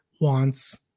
wants